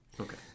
Okay